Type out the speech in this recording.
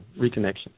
reconnection